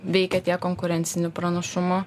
veikia tiek konkurencinį pranašumą